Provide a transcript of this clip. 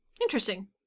Interesting